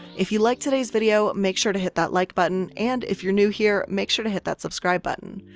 if you like today's video, make sure to hit that like button and if you're new here, make sure to hit that subscribe button.